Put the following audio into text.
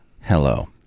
Hello